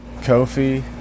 Kofi